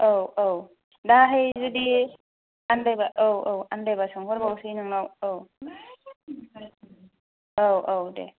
आव आव दाहाय जदि आन्दायबा आन्दायबा सोंहरबाउनोसै नोंनाव आव आव आव दे